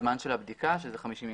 הזמן של הבדיקה שהוא 50 ימים.